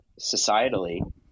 societally